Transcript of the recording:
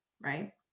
right